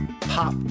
pop